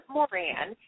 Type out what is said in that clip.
Moran